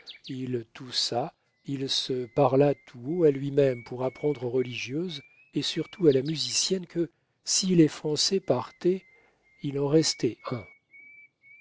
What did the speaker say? il toussa il se parla tout haut à lui-même pour apprendre aux religieuses et surtout à la musicienne que si les français partaient il en restait un